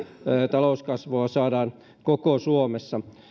talouskasvua saadaan koko suomessa